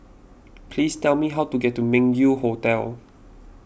please tell me how to get to Meng Yew Hotel